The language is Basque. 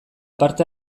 parte